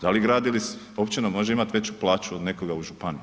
Da li grad ili općina može imat veći plaću od nekoga u županiji?